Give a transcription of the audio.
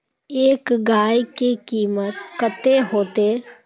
एक गाय के कीमत कते होते?